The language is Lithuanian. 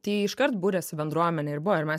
tai iškart buriasi bendruomenė ir buvo ir mes